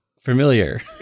familiar